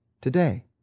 today